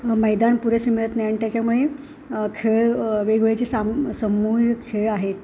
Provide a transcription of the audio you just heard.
मैदान पुरेसे मिळत नाही अन त्याच्यामुळे खेळ वेगवेगळ्याचे साम सामूहिक खेळ आहेत